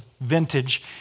vintage